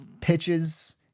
pitches